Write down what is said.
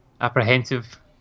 apprehensive